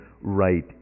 right